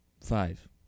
five